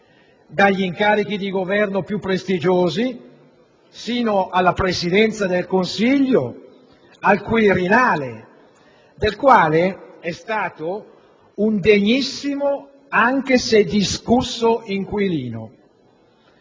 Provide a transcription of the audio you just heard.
dagli incarichi di Governo più prestigiosi, sino alla Presidenza del Consiglio ed al Quirinale, del quale è stato un degnissimo, anche se discusso, inquilino.